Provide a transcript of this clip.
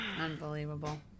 Unbelievable